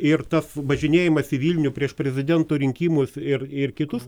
ir tas važinėjimas į vilnių prieš prezidento rinkimus ir ir kitus